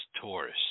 Taurus